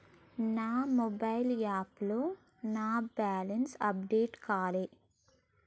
నా మొబైల్ యాప్లో నా బ్యాలెన్స్ అప్డేట్ కాలే